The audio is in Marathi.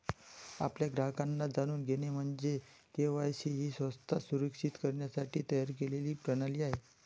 आपल्या ग्राहकांना जाणून घेणे म्हणजे के.वाय.सी ही संस्था सुरक्षित करण्यासाठी तयार केलेली प्रणाली आहे